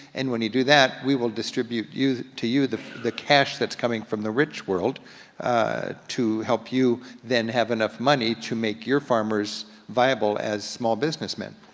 and when you do that we will distribute to you the the cash that's coming from the rich world to help you then have enough money to make your farmers viable as small businessmen.